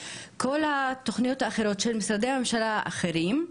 כל תכניות הצוערים האחרות של משרדי הממשלה האחרים,